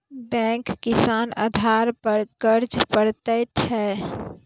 Bank किस आधार पर कर्ज पड़तैत हैं?